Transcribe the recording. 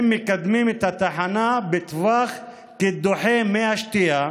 הם מקדמים את התחנה בטווח קידוחי מי השתייה,